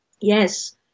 Yes